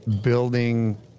building